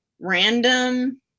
random